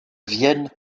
vienne